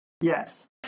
Yes